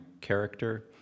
character